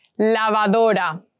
Lavadora